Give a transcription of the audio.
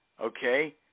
okay